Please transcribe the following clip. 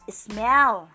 smell